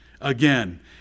again